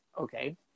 okay